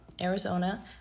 arizona